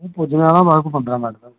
मै पुज्जने आह्ला बस कोई पंदरां मैंट्ट तक